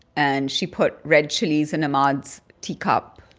and she put red chilies in ahmad's teacup.